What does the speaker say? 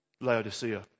Laodicea